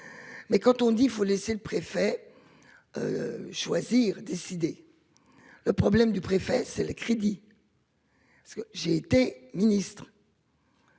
Mais quand on dit il faut laisser le préfet. Choisir décider. Le problème du préfet, c'est le crédit. Ce que j'ai été ministre.